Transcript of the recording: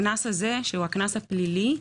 הקנס הזה שהוא הקנס הפלילי,